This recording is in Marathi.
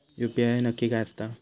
यू.पी.आय नक्की काय आसता?